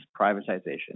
privatization